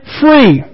free